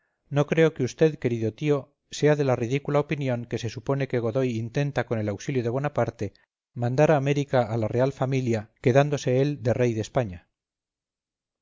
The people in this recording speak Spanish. no creo que usted querido tío sea de la ridícula opinión que se supone que godoy intenta con el auxilio de bonaparte mandar a américa a la real familia quedándose él de rey de españa